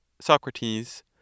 Socrates